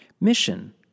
Mission